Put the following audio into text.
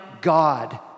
God